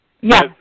Yes